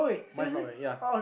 mine is not wearing ya